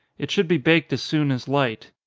it should be baked as soon as light.